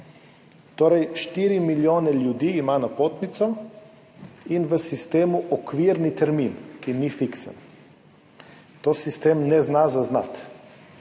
Torej, 4 milijoni ljudi imajo napotnico in v sistemu okvirni termin, ki ni fiksen. Tega sistem ne zna zaznati.